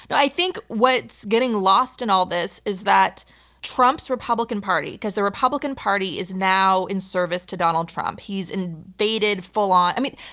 i think what's getting lost in all of this is that trump's republican party, because the republican party is now in service to donald trump. he's invaded full on. i mean,